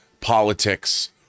politics